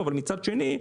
אבל מצד שני,